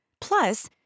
Plus